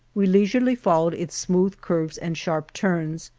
we leisurely followed its smooth curves and sharp turns,